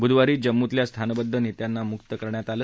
बुधवारी जम्मूतल्या स्थानबद्ध नेत्यांना मुक्त करण्यात आलं